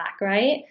right